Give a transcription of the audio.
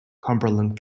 cumberland